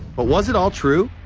but was it all true?